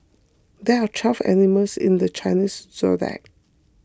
there are twelve animals in the Chinese zodiac